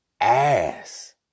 ass